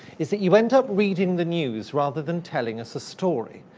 is that you end up reading the news, rather than telling us a story.